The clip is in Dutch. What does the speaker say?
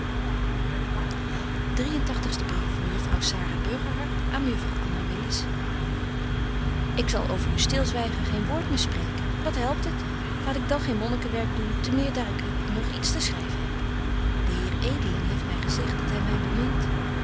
ik zal over uw stilzwygen geen woord meer spreken wat helpt het laat ik dan geen monniken werk doen te meer daar ik u nog iets te schryven heb de heer edeling heeft my gezegt dat hy my bemint